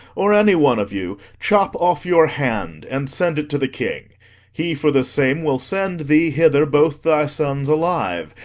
or any one of you, chop off your hand and send it to the king he for the same will send thee hither both thy sons alive,